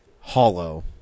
hollow